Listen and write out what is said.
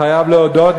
חייב להודות,